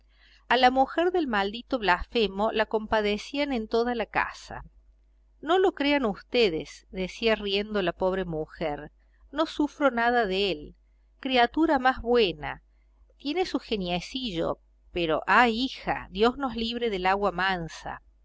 a la mujer del maldito blasfemo la compadecían en toda la casa no lo crean ustedes decía riendo la pobre mujer no sufro nada de él criatura más buena tiene su geniecillo pero ay hija dios nos libre del agua mansa